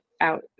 out